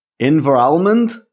Inveralmond